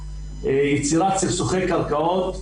יצירת סכסוכי קרקעות,